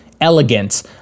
elegant